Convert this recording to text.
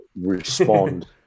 respond